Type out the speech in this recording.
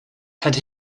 had